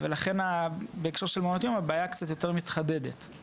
ולכן בהקשר מעונות יום הבעיה קצת יותר מתחדדת,